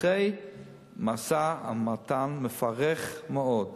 אחרי משא-ומתן מפרך מאוד,